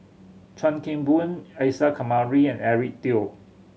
Chuan Keng Boon Isa Kamari and Eric Teo